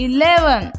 Eleven